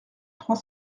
trois